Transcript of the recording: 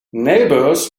neighbors